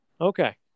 Okay